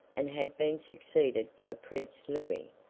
and had been succeeded by prince louis,